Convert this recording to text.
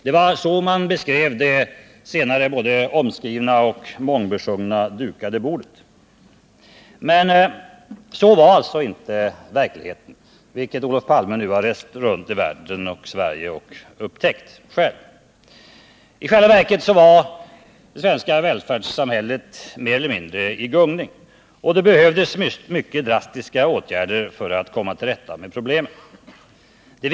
Det var så man beskrev det senare så omskrivna dukade bordet. Men så var alltså inte verkligheten. Olof Palme har nu rest runt i Sverige och själv upptäckt detta. I själva verket var basen för det svenska välfärdssamhället i gungning. Det behövdes mycket drastiska åtgärder för att komma till rätta med problemen.